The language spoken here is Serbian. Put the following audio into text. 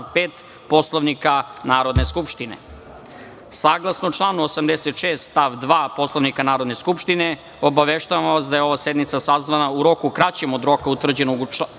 5. Poslovnika Narodne skupštine. Saglasno članu 86. stav 2. Poslovnika Narodne skupštine, obaveštavam vas da je ova sednica sazvana u roku kraćem od roka utvrđenog u članu